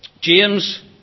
James